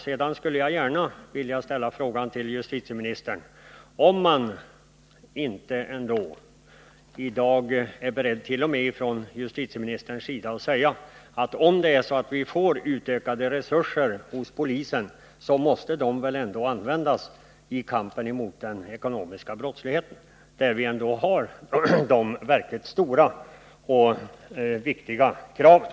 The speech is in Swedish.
Sedan vill jag gärna fråga justitieministern om inte ändå t.o.m. justitieministern är beredd att säga att om vi får utökade resurser hos polisen, så måste de användas i kampen mot den ekonomiska brottsligheten, där vi har de verkligt stora och viktiga kraven.